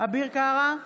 אביר קארה,